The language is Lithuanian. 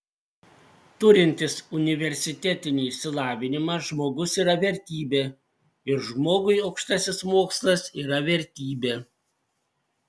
turintis universitetinį išsilavinimą žmogus yra vertybė ir žmogui aukštasis mokslas yra vertybė